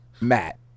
Matt